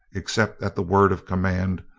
except at the word of command,